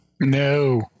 No